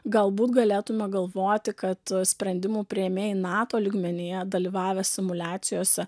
galbūt galėtume galvoti kad sprendimų priėmėjai nato lygmenyje dalyvavę simuliacijose